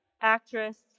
Actress